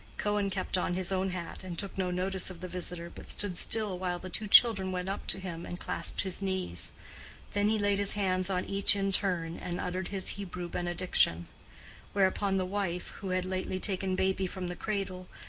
cohen kept on his own hat, and took no notice of the visitor, but stood still while the two children went up to him and clasped his knees then he laid his hands on each in turn and uttered his hebrew benediction whereupon the wife, who had lately taken baby from the cradle,